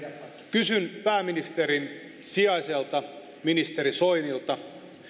kysyn pääministerin sijaiselta ministeri soinilta